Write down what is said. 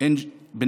(אומר